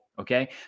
Okay